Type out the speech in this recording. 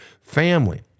family